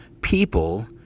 people